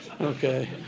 Okay